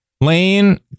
Lane